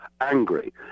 angry